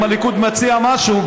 אם הליכוד מציע משהו,